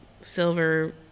silver